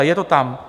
Je to tam.